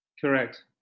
Correct